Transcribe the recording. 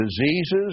diseases